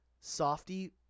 softy